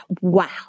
wow